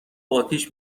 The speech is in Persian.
آتیش